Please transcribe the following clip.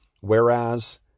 Whereas